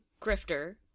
grifter